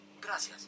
Gracias